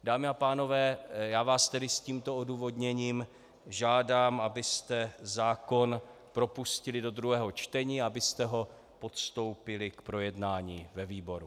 Dámy a pánové, já vás s tímto odůvodněním žádám, abyste zákon propustili do druhého čtení a abyste ho podstoupili k projednání ve výboru.